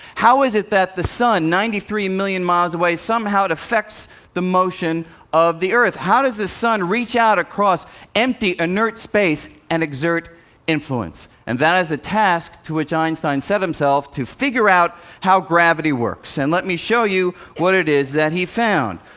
how is it that the sun, ninety three million miles away, somehow it affects the motion of the earth? how does the sun reach out across empty inert space and exert influence? and that is a task to which einstein set himself to figure out how gravity works. and let me show you what it is that he found.